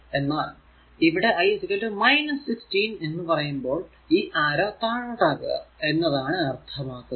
എന്നാൽ ഇവിടെ I 16 എന്ന് പറയുമ്പോൾ ഈ ആരോ താഴോട്ടാക്കുക എന്നതാണ് അർത്ഥമാക്കുന്നത്